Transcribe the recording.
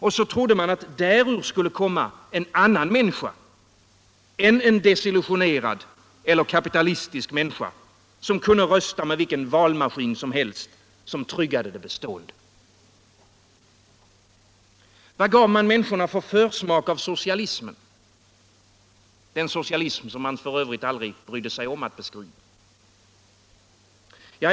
Och så trodde man att därur skulle komma en annan människa än en desillusionerad eller kapitalistisk människa som kunde rösta med vilken valmaskin som helst, som tryggade det bestående. Vad gav man människorna för försmak av socialismen, den socialism som man f. ö. aldrig brydde sig om att beskriva?